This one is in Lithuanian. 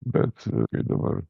bet kai dabar